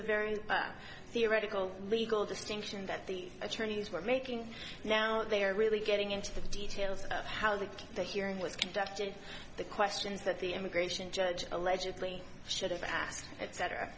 a very theoretical legal distinction that the attorneys were making now they are really getting into the details of how the the hearing was conducted the questions that the immigration judge allegedly should have a